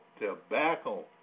tobacco